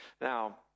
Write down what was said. Now